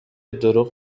دروغ